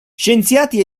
scienziati